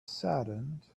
saddened